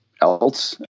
else